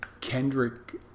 Kendrick